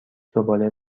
زباله